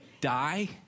die